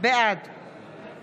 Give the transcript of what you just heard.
בעד